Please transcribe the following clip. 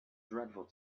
dreadful